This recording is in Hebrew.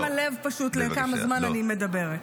אני שמה לב כמה זמן אני מדברת.